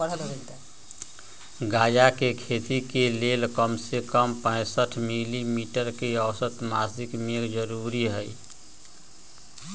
गजा के खेती के लेल कम से कम पैंसठ मिली मीटर के औसत मासिक मेघ जरूरी हई